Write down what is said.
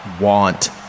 want